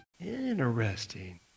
Interesting